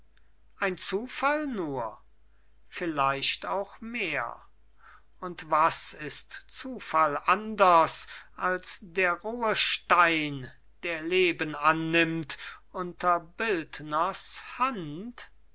ein zufall nur vielleicht auch mehr und was ist zufall anders als der rohe stein der leben annimmt unter bildners hand